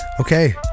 okay